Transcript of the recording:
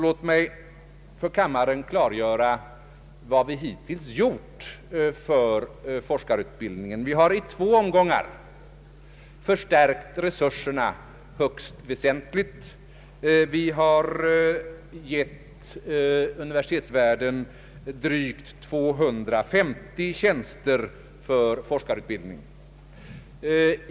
Låt mig för kammaren klargöra vad vi hittills har gjort för forskarutbildningen. Vi har i två omgångar förstärkt resurserna högst väsentligt. Vi har beviljat universiteten drygt 250 tjänster för forskarutbildning.